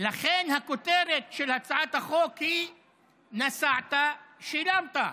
לכן הכותרת של הצעת החוק היא נסעת, שילמת,